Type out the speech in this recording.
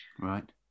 Right